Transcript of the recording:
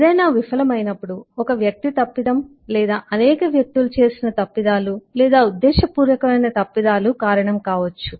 ఏదైనా విఫలం అయినప్పుడు ఒక వ్యక్తి తప్పిదము లేదా అనేక వ్యక్తులు చేసిన తప్పిదాలు లేదా ఉద్దేశపూర్వక మైన తప్పిదాలు కారణం కావచ్చు